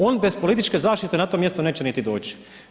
On bez političke zaštite na to mjesto neće niti doći.